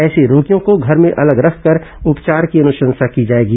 ऐसे रोगियों को घर में अलग रखकर उपचार की अनुशंसा की जाएगी